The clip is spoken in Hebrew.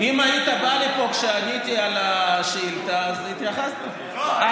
אם היית בא לפה כשעניתי על השאילתה, אז התייחסתי.